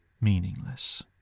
meaningless